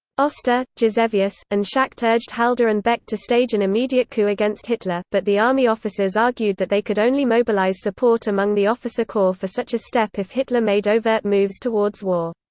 oster, gisevius, and schacht urged halder and beck to stage an immediate coup against hitler, but the army officers argued that they could only mobilize support among the officer corps for such a step if hitler made overt moves towards war.